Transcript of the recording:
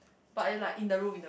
but in like in the room in the